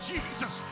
Jesus